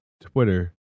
Twitter